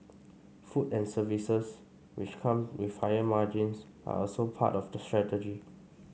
food and services which come with higher margins are also part of the strategy